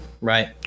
right